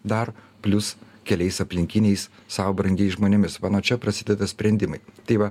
dar plius keliais aplinkiniais sau brangiais žmonėmis va nuo čia prasideda sprendimai tai va